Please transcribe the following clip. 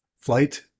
flight